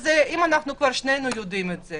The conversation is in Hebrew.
אז אם כבר שנינו יודעים את זה